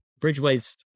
Bridgeway's